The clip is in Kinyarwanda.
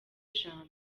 ijambo